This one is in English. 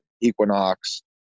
Equinox